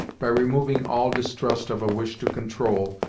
by removing all distrust of a wish to control,